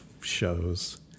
shows